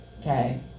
Okay